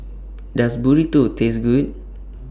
Does Burrito Taste Good